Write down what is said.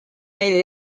neile